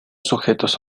sujetos